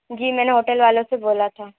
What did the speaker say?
जी मैंने होटल वालों से बोला था